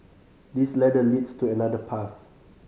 this ladder leads to another path